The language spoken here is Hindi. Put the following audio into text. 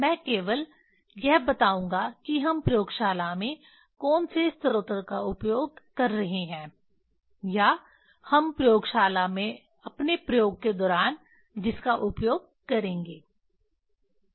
मैं केवल यह बताऊंगा कि हम प्रयोगशाला में कौन से स्रोत का उपयोग कर रहे हैं या हम प्रयोगशाला में अपने प्रयोग के दौरान जिसका उपयोग करेंगे